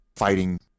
fighting